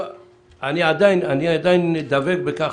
אני עדיין דבק בכך,